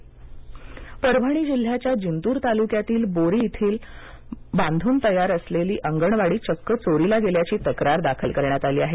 अंगणवाडी चोरी परभणी परभणी जिल्ह्याच्या जिंतूर तालुक्यातील बोरी येथील बांधून तयार असलेली अंगणवाडी चक्क चोरीला गेल्याची तक्रार दाखल करण्यात आली आहे